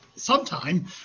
sometime